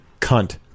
Cunt